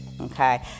Okay